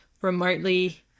remotely